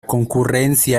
concurrencia